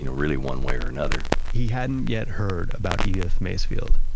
you know really one way or another. he hadn't yet heard about edith macefield.